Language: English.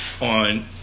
on